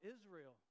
israel